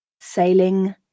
sailing